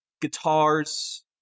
guitars